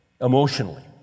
emotionally